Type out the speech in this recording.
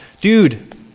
dude